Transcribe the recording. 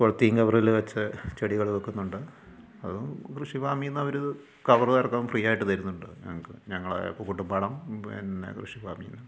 polythene കവറില് വെച്ച് ചെടികൾ വെക്കുന്നുണ്ട് അത് കൃഷിഫാമിൽ നിന്ന് അവര് കവറ് തരക്കം ഫ്രീയായിട്ട് തരുന്നുണ്ട് ഞങ്ങൾക്ക് ഞങ്ങളുടെ ഇപ്പം കുട്ടുപ്പാളം പിന്നെ കൃഷിഫാമീൽ നിന്ന്